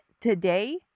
today